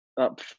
up